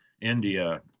India